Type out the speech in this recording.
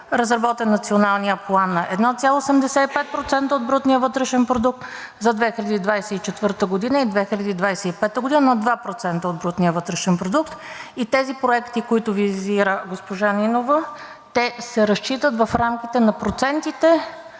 разработен Националният план, на 1,85% от брутния вътрешен продукт; за 2024 г. и 2025 г. – на 2% от брутния вътрешен продукт. Тези проекти, които визира госпожа Нинова, те се разчитат в рамките на процентите